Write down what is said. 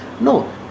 No